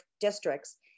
districts